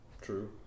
True